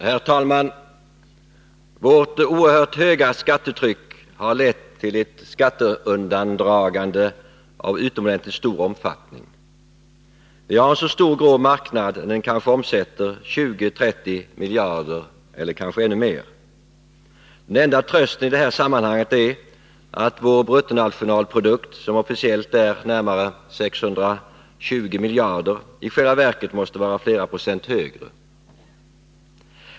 Herr talman! Vårt oerhört höga skattetryck har lett till ett skatteundandragande av utomordentligt stor omfattning. Vi har en så stor grå marknad att den kanske omsätter 20-30 miljarder — möjligen ännu mer. Den enda trösten i det här sammanhanget är att vår bruttonationalprodukt, som officiellt är närmare 620 miljarder, i själva verket måste vara flera procent högre.